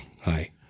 Hi